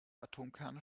atomkerne